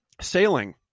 sailing